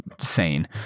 Sane